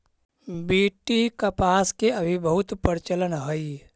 BT कपास के अभी बहुत प्रचलन हई